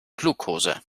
glukose